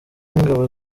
n’ingabo